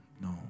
No